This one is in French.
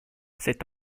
cet